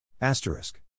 asterisk